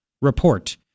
report